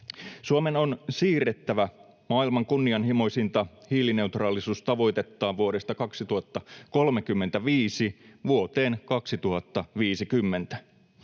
Suomen on siirrettävä maailman kunnianhimoisinta hiilineutraalisuustavoitettaan vuodesta 2035 vuoteen 2050.